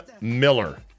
Miller